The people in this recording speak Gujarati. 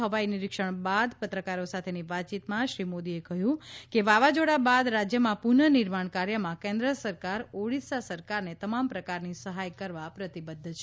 હવાઈ નિરિક્ષણ બાદ પત્રકારો સાથેની વાતચીતમાં શ્રી મોદીએ કહ્યું કે વાવાઝોડા બાદ રાજ્યમાં પુનઃનિર્માણ કાર્યમાં કેન્દ્ર સરકાર ઓડિશા સરકારને તમામ પ્રકારની સહાય કરવા પ્રતિબદ્ધ છે